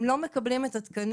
אם לא מקבלים את התקנים,